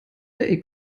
der